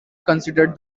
considered